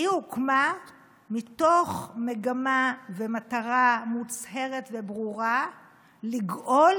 היא הוקמה מתוך מגמה ומטרה מוצהרת וברורה לגאול